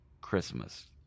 Christmas